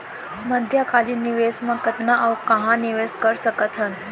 मध्यकालीन निवेश म कतना अऊ कहाँ निवेश कर सकत हन?